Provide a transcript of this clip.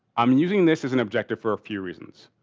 i'm using this as an objective for a few reasons.